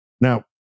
Now